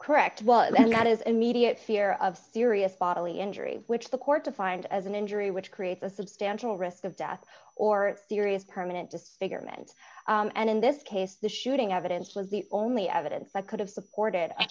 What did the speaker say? correct well that is immediate fear of serious bodily injury which the court defined as an injury which creates a substantial risk of death or serious permanent a cigarette and in this case the shooting evidence was the only evidence i could have support